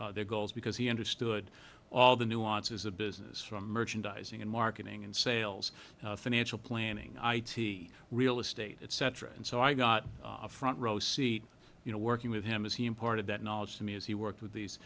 their goals because he understood all the nuances of business from merchandising and marketing and sales financial planning real estate et cetera and so i got a front row seat you know working with him is he in part of that knowledge to me as he worked with these